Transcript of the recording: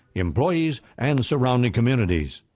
employees and surrounding communities.